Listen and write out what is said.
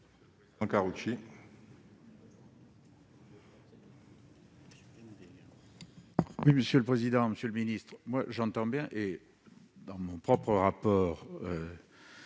le président, Monsieur le Ministre, moi j'entends bien, et dans mon propre rapport